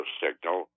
signal